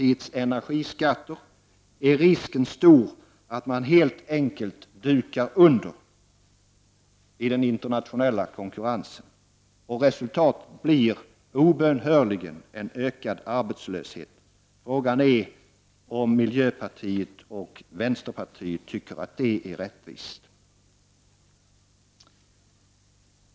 1989/90:140 partiets energiskatter, är risken stor att man helt enkelt dukar under i den = 13 juni 1990 internationella konkurrensen. Resultatet blir obönhörligen en ökad arbetslöshet. Tycker ni det är särskilt rättvist?